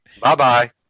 Bye-bye